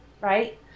right